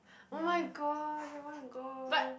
oh-my-gosh I wanna go